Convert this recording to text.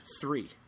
three